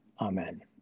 Amen